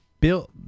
Bill